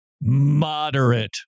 moderate